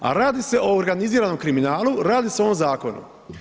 A radi se o organiziranom kriminalu, radi se o ovom zakonu.